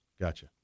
Gotcha